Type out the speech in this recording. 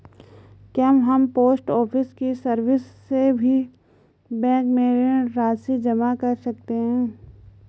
क्या हम post office की सर्विस से भी बैंक में ऋण राशि जमा कर सकते हैं?